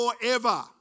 forever